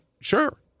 Sure